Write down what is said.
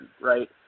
right